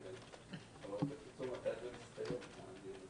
מתי מסתיים הדיון הזה?